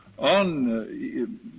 on